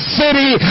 city